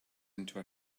into